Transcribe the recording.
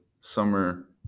summer